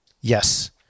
Yes